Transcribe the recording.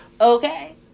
Okay